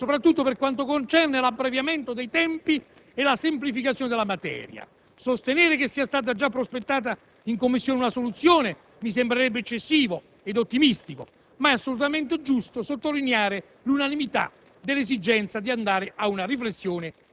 sia nel dibattito pubblico tra le forze politiche, soprattutto per quanto concerne l'abbreviamento dei tempi e la semplificazione della materia. Sostenere che sia stata già prospettata in Commissione una soluzione mi sembrerebbe eccessivo ed ottimistico, ma è assolutamente giusto sottolineare l'unanimità